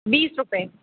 बीस रुपये